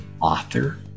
author